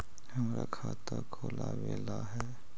हमरा खाता खोलाबे ला है?